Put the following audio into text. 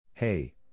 Hey